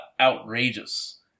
outrageous